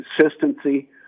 consistency